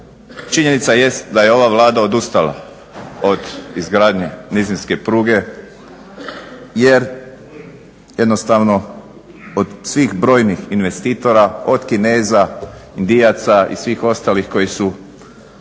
Činjenica jest da je ova Vlada odustala od izgradnje nizinske pruge jer jednostavno od svih brojnih investitora od Kineza, Indijaca i svih ostalih koji su